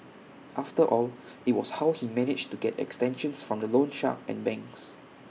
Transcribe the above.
after all IT was how he managed to get extensions from the loan shark and banks